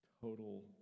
total